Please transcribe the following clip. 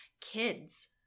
Kids